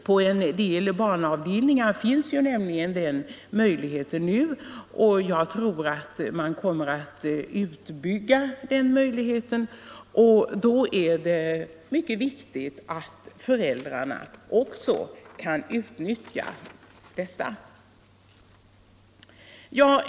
På en del barnavdelningar finns den möjligheten nu, och jag tror att man kommer att bygga ut den. Då är det mycket viktigt att föräldrarna också kan utnyttja den.